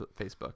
Facebook